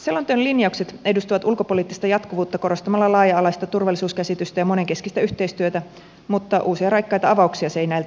selonteon linjaukset edustavat ulkopoliittista jatkuvuutta korostamalla laaja alaista turvallisuuskäsitystä ja monenkeskistä yhteistyötä mutta uusia raikkaita avauksia se ei näiltä osin sisällä